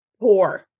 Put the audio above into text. Poor